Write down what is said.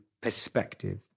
perspective